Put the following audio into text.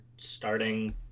starting